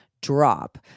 drop